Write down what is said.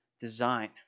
design